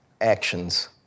actions